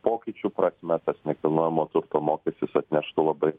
pokyčių prasme tas nekilnojamo turto mokestis atneštų labai